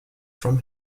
from